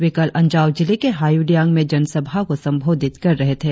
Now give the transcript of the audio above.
वे कल अंजाव जिले के हायुलियांग में जन सभा को संबोधित कर रहे थे